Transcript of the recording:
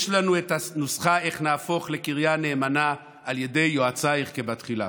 יש לנו את הנוסחה איך נהפוך לקריה נאמנה: על ידי "יֹעֲצַיִךְ כבתחילה".